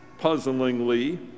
puzzlingly